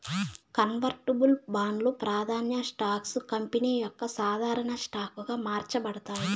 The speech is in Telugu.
కన్వర్టబుల్ బాండ్లు, ప్రాదాన్య స్టాక్స్ కంపెనీ యొక్క సాధారన స్టాక్ గా మార్చబడతాయి